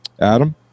Adam